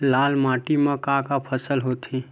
लाल माटी म का का फसल होथे?